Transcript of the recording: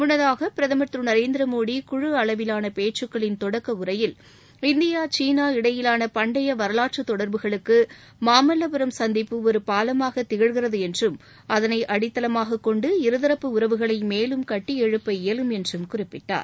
முன்னதாக பிரதமர் திரு நரேந்திர மோடி குழு அளவிலான பேச்சுக்களின் தொடக்க உரையில் இந்தியா சீனா இடையிலான பண்டைய வரலாற்று தொடர்புகளுக்கு மாமல்லபுரம் சந்திப்பு ஒரு பாலமாகத் திகழ்கிறது என்றும் அதனை அடித்தளமாகக் கொண்டு இருதரப்பு உறவுகளை மேலும் கட்டி எழுப்ப இயலும் என்றும் குறிப்பிட்டார்